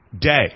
day